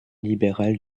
libérale